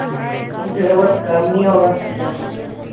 थोड़ा बहुत कम नहीं होगा क्या